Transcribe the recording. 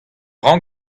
ran